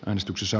äänestyksissä